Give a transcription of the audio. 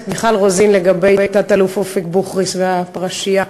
מיכל רוזין לגבי תת-אלוף אופק בוכריס והפרשייה.